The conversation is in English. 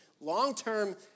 long-term